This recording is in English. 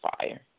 fire